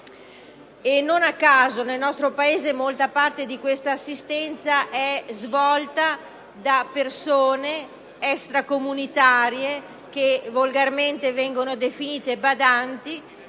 Non a caso, nel nostro Paese, molta parte di questa assistenza è svolta da quelli che volgarmente vengono definiti badanti,